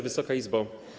Wysoka Izbo!